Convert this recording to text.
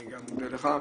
אני גם מודה לך,